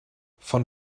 von